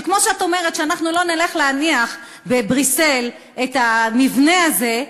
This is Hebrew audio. שכמו שאת אומרת שאנחנו לא נלך להניח בבריסל את המבנה הזה,